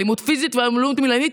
אלימות פיזית ואלימות מילולית.